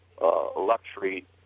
luxury